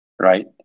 right